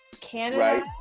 Canada